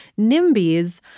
NIMBYs